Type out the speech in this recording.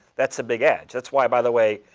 that's a big edge. that's why, by the way,